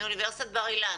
מאוניברסיטת בר אילן.